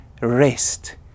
rest